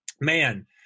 man